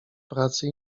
pracy